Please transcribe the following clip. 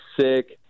sick